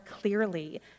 clearly